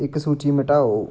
इक सूची मटाओ